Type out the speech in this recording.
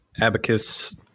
abacus